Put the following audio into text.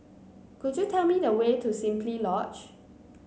could you tell me the way to Simply Lodge